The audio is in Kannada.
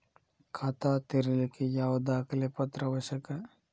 ಖಾತಾ ತೆರಿಲಿಕ್ಕೆ ಯಾವ ದಾಖಲೆ ಪತ್ರ ಅವಶ್ಯಕ?